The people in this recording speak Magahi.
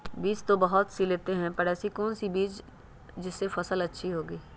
बीज तो बहुत सी लेते हैं पर ऐसी कौन सी बिज जिससे फसल अच्छी होगी?